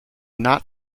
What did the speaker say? not